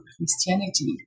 Christianity